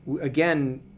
again